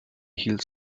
heels